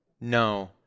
No